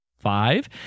five